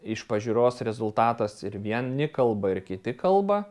iš pažiūros rezultatas ir vieni kalba ir kiti kalba